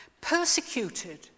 persecuted